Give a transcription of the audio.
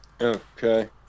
Okay